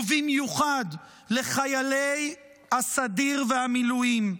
ובמיוחד לחיילי הסדיר והמילואים: